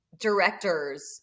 directors